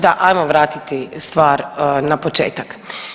Da, ajmo vratiti stvar na početak.